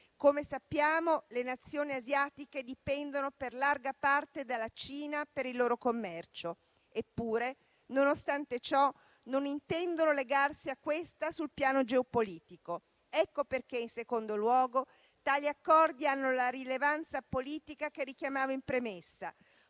Come sappiamo, le Nazioni asiatiche dipendono per larga parte dalla Cina per il loro commercio. Eppure, nonostante ciò, non intendono legarsi a questa sul piano geopolitico. Ecco perché, in secondo luogo, tali accordi hanno la rilevanza politica che richiamavo in premessa,